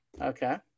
okay